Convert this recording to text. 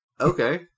okay